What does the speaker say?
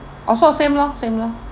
also same lor same lor